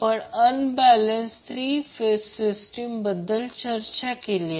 तर या बरोबर थ्री फेज AC सर्किटचा भाग पूर्ण झाला